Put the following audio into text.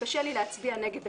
קשה לי להצביע נגד הכנסת".